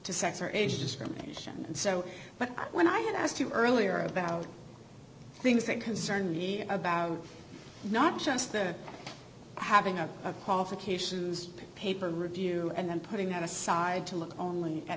sex or age discrimination and so when i had asked you earlier about things that concern me about not just that having a qualifications paper review and then putting that aside to look only at